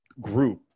group